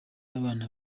abana